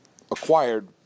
acquired